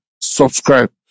subscribe